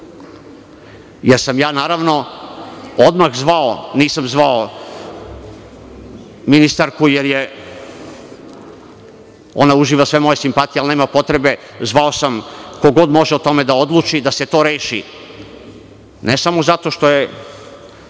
jer sam ja, naravno, odmah zvao. Nisam zvao ministarku, ona uživa sve moje simpatije, ali nema potrebe, zvao sam ko god može o tome da odluči da se to reši. Ne samo zato što je